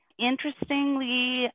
Interestingly